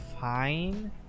fine